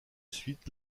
suite